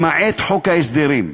למעט חוק ההסדרים,